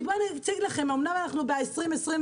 אומנם אנחנו ב-2021,